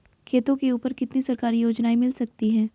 खेतों के ऊपर कितनी सरकारी योजनाएं मिल सकती हैं?